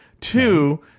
Two